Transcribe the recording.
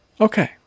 Okay